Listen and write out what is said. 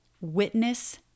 Witness